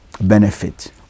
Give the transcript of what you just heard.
benefit